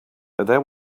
there